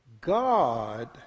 God